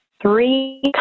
three